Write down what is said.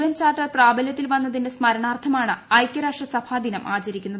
N charter പ്രാബല്യത്തിൽ വന്നതിന്റെ സ്മരണാർത്ഥമാണ് ഐക്യരാഷ്ട്ര സഭാ ദിനം ആചരിക്കുന്നത്